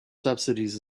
subsidies